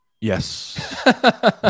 Yes